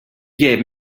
gave